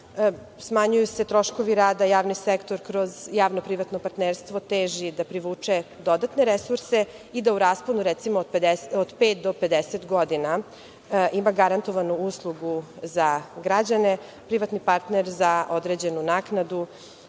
smanjuju se troškovi rada javnog sektora. Kroz javno-privatno partnerstvo teži da privuče dodatne resurse i da u rasponu od, recimo, 5 do 50 godina ima garantovanu uslugu za građane privatni partner za određenu naknadu